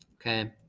okay